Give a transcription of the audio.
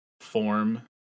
form